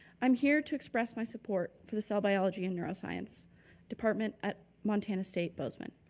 i'm here to express my support for the cell biology and neuroscience department at montana states, bozeman,